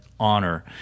honor